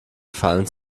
gefallen